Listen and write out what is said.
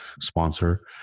sponsor